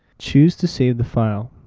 choose to save the file.